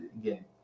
again